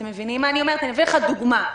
לדוגמה,